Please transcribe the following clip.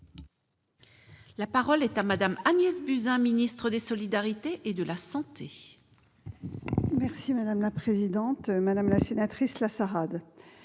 La parole est à Mme la ministre des solidarités et de la santé.